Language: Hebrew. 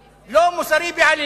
בעליל.